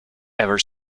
ever